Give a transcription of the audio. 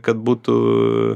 kad būtų